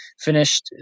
finished